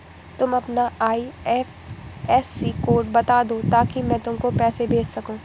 तुम अपना IFSC code बता दो ताकि मैं तुमको पैसे भेज सकूँ